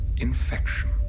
Infection